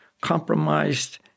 compromised